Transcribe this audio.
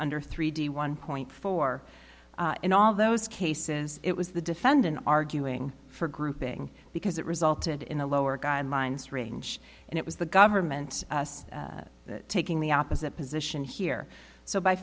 under three d one point four in all those cases it was the defendant arguing for grouping because it resulted in a lower guidelines range and it was the government taking the opposite position here so by